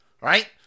right